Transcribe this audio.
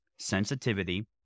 sensitivity